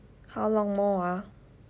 how long more ah